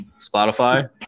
Spotify